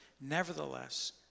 Nevertheless